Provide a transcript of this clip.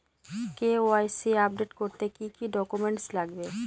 KYC update করতে কি কি ডকুমেন্টস লাগবে?